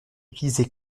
utilisé